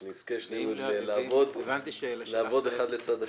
שנזכה שנינו לעבוד אחד לצד השני.